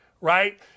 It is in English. right